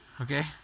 okay